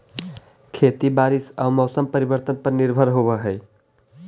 खेती बारिश आऊ मौसम परिवर्तन पर निर्भर होव हई